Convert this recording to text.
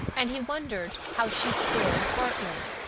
and he wondered how she squared bartley.